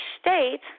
state